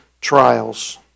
trials